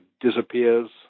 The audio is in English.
disappears